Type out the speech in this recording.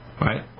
right